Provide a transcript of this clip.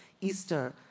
Easter